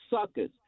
suckers